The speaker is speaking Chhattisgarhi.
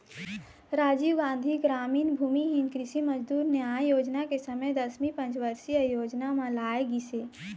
राजीव गांधी गरामीन भूमिहीन कृषि मजदूर न्याय योजना के समे दसवीं पंचवरसीय योजना म लाए गिस हे